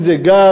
אם זה גז,